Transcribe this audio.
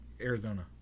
Arizona